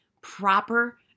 Proper